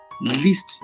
Least